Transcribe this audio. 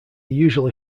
usually